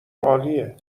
عالیه